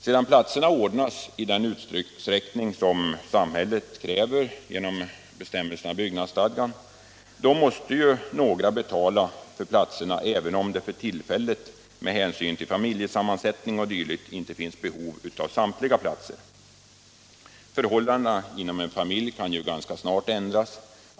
Sedan platser ordnats i den utsträckning som samhället kräver genom bestämmelserna i byggnadsstadgan måste ju några betala för dem även om det inte för tillfället, med hänsyn till familjesammansättning o. d., finns behov av samtliga platser. Förhållandena inom en familj kan ju ganska snart ändras.